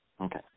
Okay